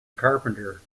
carpenter